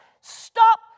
stop